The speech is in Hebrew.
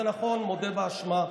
זה נכון, מודה באשמה.